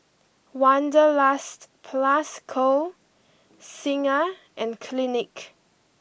Wanderlust Plus Co Singha and Clinique